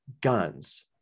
guns